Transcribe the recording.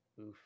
Oof